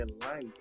life